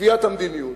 קביעת המדיניות.